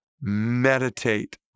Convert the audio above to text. meditate